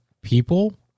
people